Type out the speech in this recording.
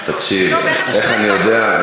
איך אני יודע?